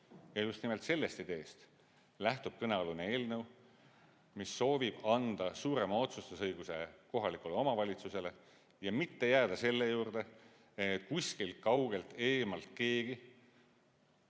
Ja just nimelt sellest ideest lähtub kõnealune eelnõu, mis soovib anda suurema otsustusõiguse kohalikule omavalitsusele ja mitte jääda selle juurde, et kuskilt kaugelt, eemalt keegi,